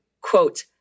quote